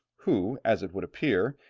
who, as it would appear,